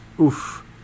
oof